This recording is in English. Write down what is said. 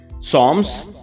Psalms